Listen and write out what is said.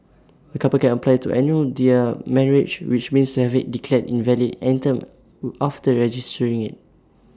A couple can apply to annul their marriage which means to have IT declared invalid any time who after registering IT